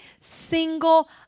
single